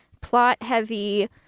plot-heavy